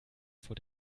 vor